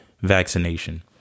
vaccination